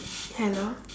hello